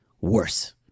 worse